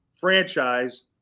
franchise